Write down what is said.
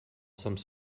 some